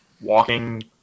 walking